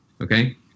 Okay